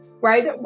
Right